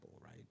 right